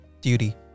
Duty